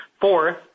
Fourth